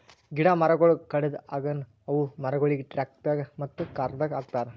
ಗಿಡ ಮರಗೊಳ್ ಕಡೆದ್ ಆಗನ ಅವು ಮರಗೊಳಿಗ್ ಟ್ರಕ್ದಾಗ್ ಮತ್ತ ಕಾರದಾಗ್ ಹಾಕತಾರ್